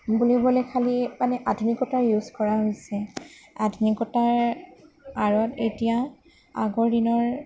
বুলিবলৈ খালী মানে আধুনিকতাই ইউজ কৰা হৈছে আধুনিকতাৰ আঁৰত এতিয়া আগৰ দিনৰ